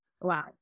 Wow